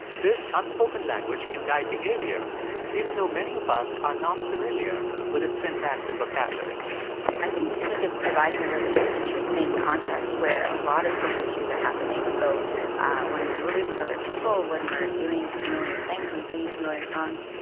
this unspoken language can guide behavior even though many of us are not familiar with its syntax and vocabulary vocabulary i think music is providing a really interesting context where a lot of social cues are happening. so when we're moving with other people, when we're doing familiar things and singing familiar songs,